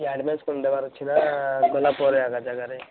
advance କଣ ଦେବାର ଅଛିନା ନା ଗଲାପରେ ଏକା ଜାଗାରେ